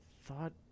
thought